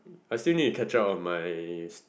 I still need to catch up on my